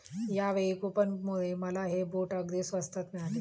यावेळी कूपनमुळे मला हे बूट अगदी स्वस्तात मिळाले